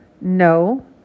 no